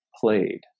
played